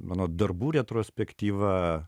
mano darbų retrospektyva